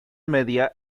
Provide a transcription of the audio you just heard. media